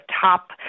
top